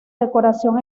decoración